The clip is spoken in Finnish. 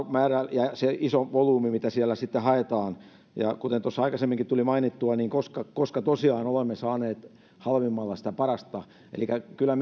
ja se iso volyymi mitä siellä haetaan ja kuten tuossa aikaisemminkin tuli kysyttyä niin koska koska tosiaan olemme saaneet halvimmalla parasta kyllä